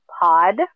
Pod